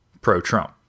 pro-Trump